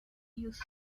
views